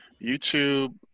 youtube